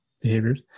behaviors